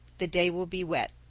the day will be wet.